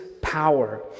power